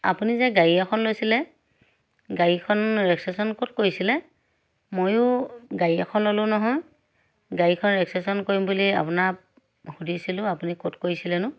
আপুনি যে গাড়ী এখন লৈছিলে গাড়ীখন ৰেজিষ্ট্ৰেশ্যন ক'ত কৰিছিলে ময়ো গাড়ী এখন ল'লোঁ নহয় গাড়ীখন ৰেজিষ্ট্ৰেশ্যন কৰিম বুলি আপোনাক সুধিছিলোঁ আপুনি ক'ত কৰিছিলেনো